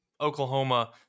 Oklahoma